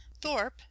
thorpe